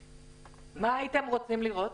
מה הייתם רוצים לראות?